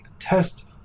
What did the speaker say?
test